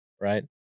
right